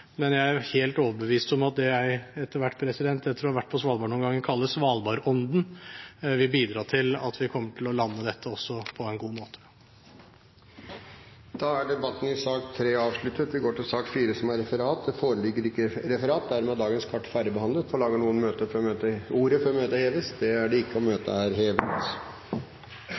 men jeg er helt overbevist om at det jeg etter hvert, etter å ha vært på Svalbard noen ganger, kaller svalbardånden, vil bidra til at vi kommer til å lande dette på en god måte. Da er debatten i sak nr. 3 avsluttet. Det foreligger ikke noe referat. Dermed er dagens kart ferdigbehandlet. Forlanger noen ordet før møtet heves?